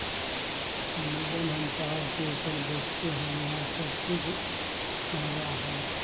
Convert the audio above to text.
madam हम पहाड़ के ऊपर बैठे हैं यहाँ सब कुछ महँगा है